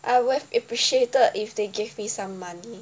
I would've appreciated if they give me some money